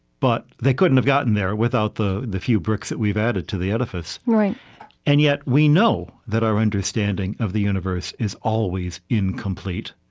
but they couldn't have gotten there without the the few bricks that we've added to the edifice. and yet we know that our understanding of the universe is always incomplete,